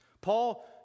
Paul